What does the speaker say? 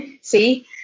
see